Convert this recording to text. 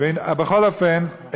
בכל אופן,